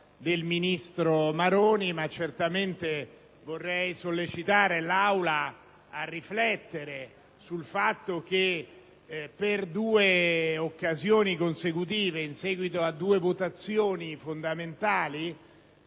del ministro Maroni, ma vorrei sollecitare l'Aula a riflettere sul fatto che in due occasioni consecutive, in seguito a due votazioni fondamentali